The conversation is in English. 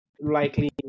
likely